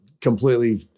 completely